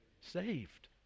Saved